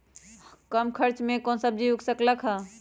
कम खर्च मे कौन सब्जी उग सकल ह?